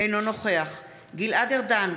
אינו נוכח גלעד ארדן,